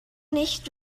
nicht